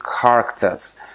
characters